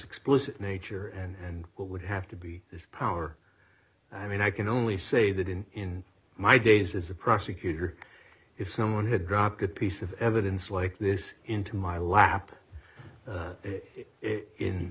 explicit nature and what would have to be this power i mean i can only say that in my days as a prosecutor if someone had dropped a piece of evidence like this into my lap it in